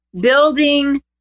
building